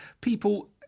people